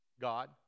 God